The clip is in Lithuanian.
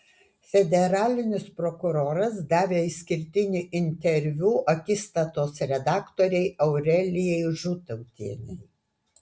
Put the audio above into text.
federalinis prokuroras davė išskirtinį interviu akistatos redaktorei aurelijai žutautienei